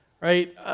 Right